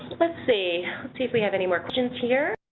let's see see if we have any more questions here.